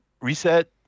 reset